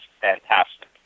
fantastic